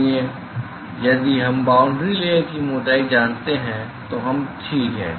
इसलिए यदि हम बाउंड्री लेयर की मोटाई जानते हैं तो हम ठीक हैं